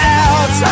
out